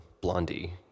Blondie